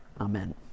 Amen